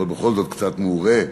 אבל בכל זאת קצת מעורה,